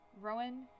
Rowan